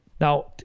Now